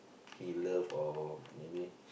he love or maybe